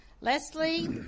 Leslie